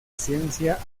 ciencia